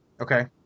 Okay